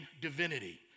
divinity